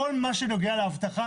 כל מה שנוגע לאבטחה.